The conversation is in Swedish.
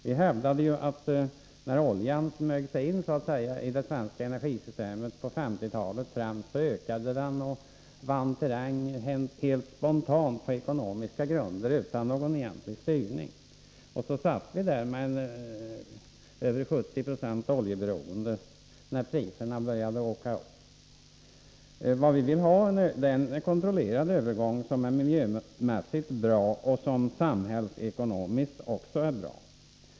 Vi hävdade att när oljan så att säga smög sig in i det svenska energisystemet på 1950-talet vann den terräng helt spontant på ekonomiska grunder och utan någon egentlig styrning. Och så satt vi där med ett oljeberoende på över 70 Yo när priserna började åka upp. Vad vi vill ha är en kontrollerad övergång, som är miljömässigt och samhällsekonomiskt bra.